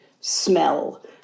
smell